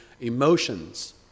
emotions